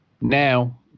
Now